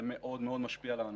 זה מאוד מאוד משפיע על האנשים,